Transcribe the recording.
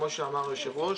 כפי שאמר היושב-ראש,